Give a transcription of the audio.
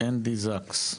אנדרו סאקס.